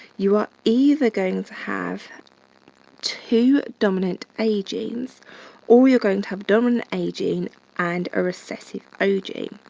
you are either going to have two dominant a genes or you're going to have dominant a gene and a recessive o gene.